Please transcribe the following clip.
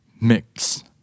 mix